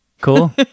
Cool